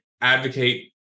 Advocate